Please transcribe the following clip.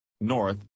North